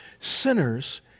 Sinners